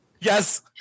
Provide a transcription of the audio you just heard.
Yes